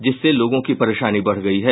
जिससे लोगों की परेशानी बढ़ गयी है